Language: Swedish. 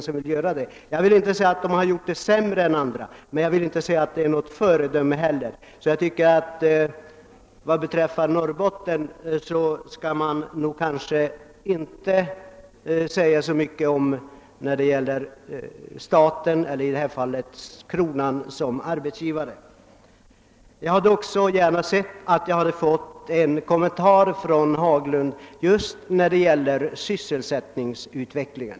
Staten har inte gjort det sämre än andra, men den är som sagt inte heller något föredöme. Jag hade också gärna sett att jag hade fått en kommentar från herr Haglund just i fråga om sysselsättningsutvecklingen.